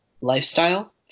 lifestyle